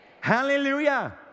Hallelujah